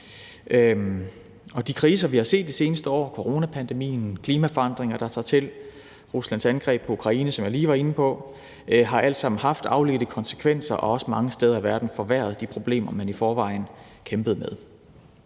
de kriser, vi har set de seneste år – coronapandemien, klimaforandringer, der tager til, og Ruslands angreb på Ukraine, som jeg lige var inde på – har alt sammen haft afledte konsekvenser, og de har også mange steder i verden forværret de problemer, man i forvejen kæmpede med.